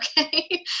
okay